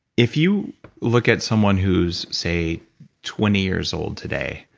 if you look at someone who's, say twenty years old today,